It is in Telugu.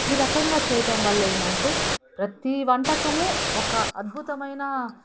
ఈ రకంగా చేయటం వల్ల ఏంటంటే ప్రతీ వంటకము ఒక అద్భుతమైన